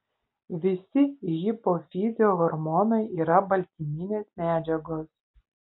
visi hipofizio hormonai yra baltyminės medžiagos